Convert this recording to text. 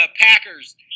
Packers